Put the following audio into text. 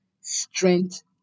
strength